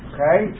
Okay